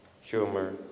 humor